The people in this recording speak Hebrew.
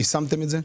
יישמתם את זה?